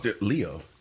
leo